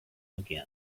again